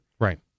Right